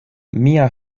mia